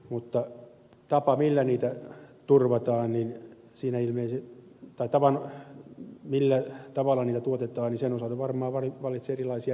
mutta tapa millä niitä turvataan niin siinä sen osalta millä tavalla niitä tuotetaan varmaan vallitsee erilaisia näkemyksiä